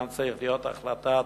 וכאן צריכה להיות החלטת